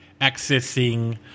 accessing